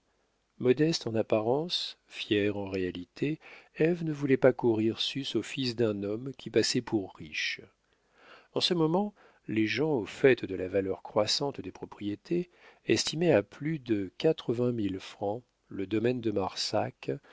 modeste en apparence fière en réalité ève ne voulait pas courir sus au fils d'un homme qui passait pour riche en ce moment les gens au fait de la valeur croissante des propriétés estimaient à plus de quatre-vingt mille francs le domaine de marsac